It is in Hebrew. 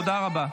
תודה רבה.